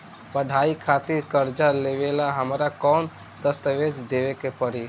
पढ़ाई खातिर कर्जा लेवेला हमरा कौन दस्तावेज़ देवे के पड़ी?